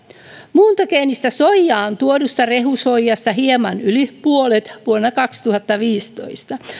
muuntogeenistä soijaa on tuodusta rehusoijasta hieman yli puolet vuonna kaksituhattaviisitoista